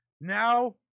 now